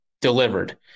delivered